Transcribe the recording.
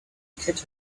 get